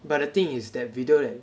but the thing is that video that